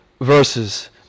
verses